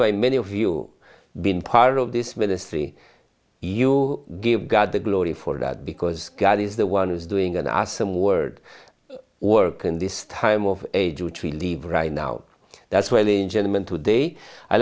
why many of you been part of this ministry you give god the glory for that because god is the one who is doing an awesome word work in this time of age which we leave right now that's well in gentlemen today i